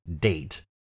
date